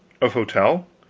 of hotel?